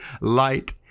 light